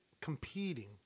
competing